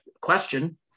question